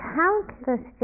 countless